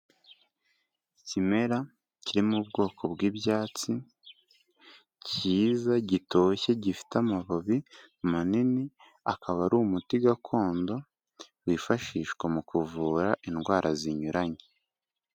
Ikimera kiri mu bwoko bw'ibyatsi, kiza gitoshye, gifite amababi manini, akaba ari umuti gakondo wifashishwa mu kuvura indwara zinyuranye.